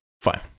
Fine